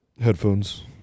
headphones